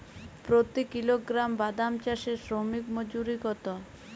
প্রতি কিলোগ্রাম বাদাম চাষে শ্রমিক মজুরি কত?